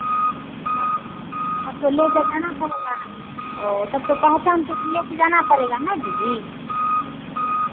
अच्छा अब तो लेके जाना पड़ेगा ओ तब तो पहचान पत्र लेके जाना पड़ेगा नय दीदी